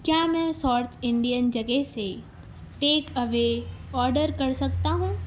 کیا میں south Indian جگہ سے ٹیک اوے آڈر کر سکتا ہوں